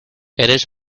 eres